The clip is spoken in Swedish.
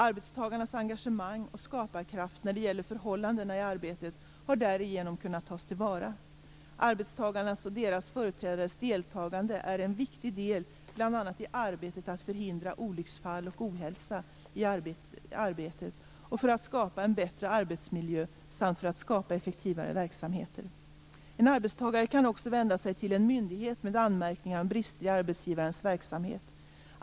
Arbetstagarnas engagemang och skaparkraft när det gäller förhållandena i arbetet har därigenom kunnat tas till vara. Arbetstagarnas och deras företrädares deltagande är en viktig del bl.a. i arbetet att förhindra olycksfall och ohälsa i arbetet och för att skapa en bättre arbetsmiljö samt för att skapa effektivare verksamheter. En arbetstagare kan också vända sig till en myndighet med anmärkningar om brister i arbetsgivarens verksamhet.